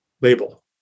label